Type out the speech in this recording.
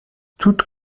toutes